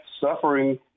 suffering